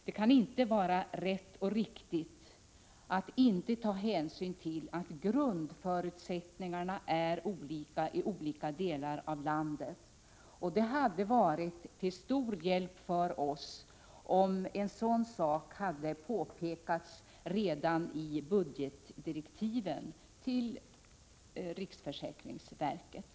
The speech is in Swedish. Det kan inte vara riktigt att inte ta hänsyn till att grundförutsättningarna är olika i olika delar av landet. Det hade varit till stor hjälp för oss om en sådan sak hade påpekats redan i budgetdirektiven till riksförsäkringsverket.